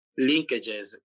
linkages